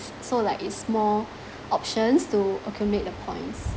so like is more options to accumulate the points